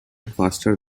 faster